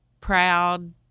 proud